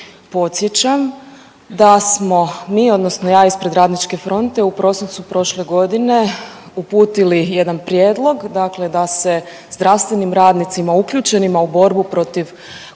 podsjećam da smo mi odnosno ja ispred Radničke fronte u prosincu prošle godine uputili jedan prijedlog da se zdravstvenim radnicima uključenima u borbu protiv